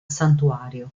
santuario